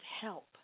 help